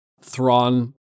Thrawn